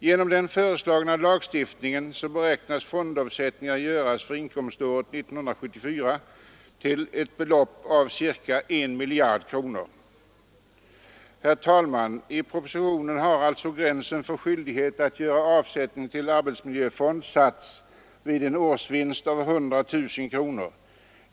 Genom den föreslagna lagstiftningen beräknas fondavsättningar göras för inkomståret 1974 till ett belopp av ca 1 miljard kronor. Herr talman! I propositionen har alltså gränsen för skyldighet att göra avsättning till arbetsmiljöfond satts vid en årsvinst av 100 000 kronor.